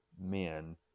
men